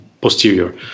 posterior